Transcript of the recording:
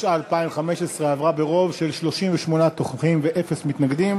התשע"ה 2015, לוועדה החוקה, חוק ומשפט נתקבלה.